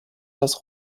das